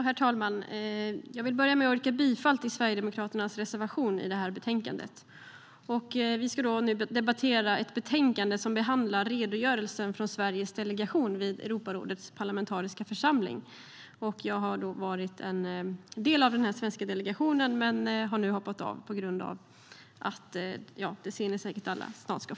Herr talman! Jag vill börja med att yrka bifall till Sverigedemokraternas reservation i betänkandet. Vi ska nu debattera ett betänkande som behandlar redogörelsen från Sveriges delegation vid Europarådets parlamentariska församling. Jag har varit en del av den svenska delegationen men har nu hoppat av då jag snart ska få barn, som ni säkert alla ser.